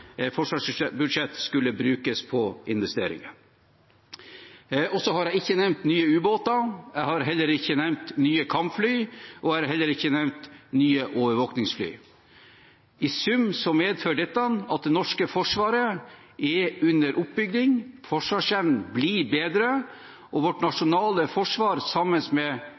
skulle brukes på investeringer. Jeg har ikke nevnt nye ubåter, jeg har ikke nevnt nye kampfly, og jeg har heller ikke nevnt nye overvåkingsfly. I sum medfører dette at det norske forsvaret er under oppbygging. Forsvarsevnen blir bedre, og vårt nasjonale forsvar, sammen med